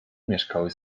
mieszkały